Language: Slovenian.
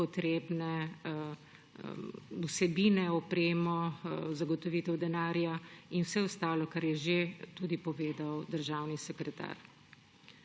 potrebne vsebine, opremo, zagotovitev denarja in vse ostalo, kar je že povedal tudi državni sekretar.